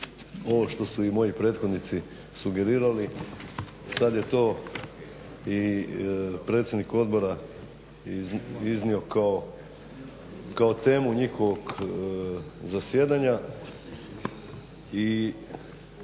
12.ovo što su i moji prethodnici sugerirali, sada je to i predsjednik odbora iznio kao temu njihovog zasjedanja